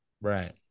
Right